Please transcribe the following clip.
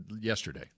yesterday